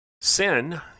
Sin